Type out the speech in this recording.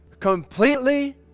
completely